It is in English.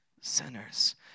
sinners